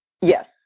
Yes